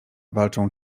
walczą